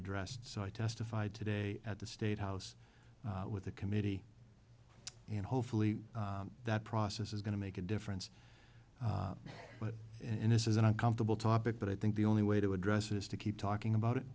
addressed so i testified today at the state house with the committee and hopefully that process is going to make a difference but and this is an uncomfortable topic but i think the only way to address it is to keep talking about it